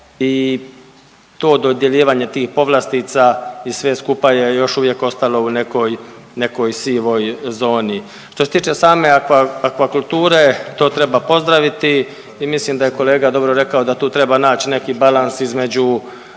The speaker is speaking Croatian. i to dodjeljivanje tih povlastica i sve skupa je još uvijek ostalo u nekoj sivoj zoni. Što se tiče same aquakulture to treba pozdraviti i mislim da je kolega dobro rekao da tu treba naći neki balans između